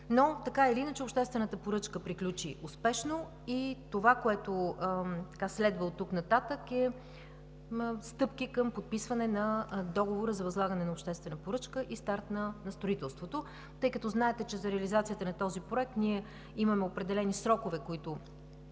Така или иначе, обществената поръчка приключи успешно и това, което следва оттук нататък, е стъпки към подписване на договора за възлагане на обществена поръчка и старт на строителството. Знаете, че за реализацията на този проект имаме определени срокове, които